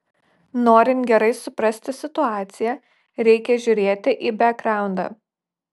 norint gerai suprasti situaciją reikia žiūrėti į bekgraundą